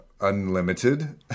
unlimited